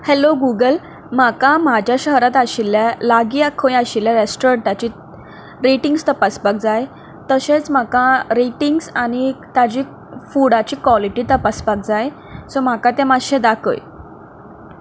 hello Google म्हाका म्हज्या शहरांत आशिल्या लागीं वा खंय आशिल्ल्या रेस्टोरंटाची रेटिंग्स तपासपाक जाय तशेंच म्हाका रेटिंग्स आनी ताजी फूडाची कॉलिटी तपासपाक जाय सो म्हाका तें मातशें दाखय